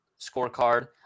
scorecard